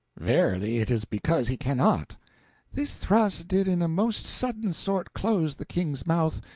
verily it is because he cannot this thrust did in a most sudden sort close the king's mouth,